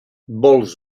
vols